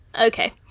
Okay